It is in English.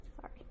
Sorry